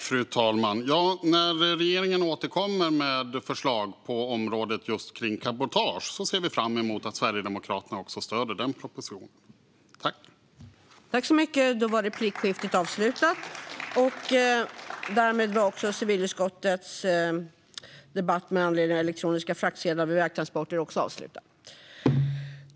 Fru talman! När regeringen återkommer med förslag på området för cabotage ser vi fram emot att Sverigedemokraterna stöder också den propositionen. Elektroniska fraktsedlar vid vägtransport